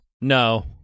No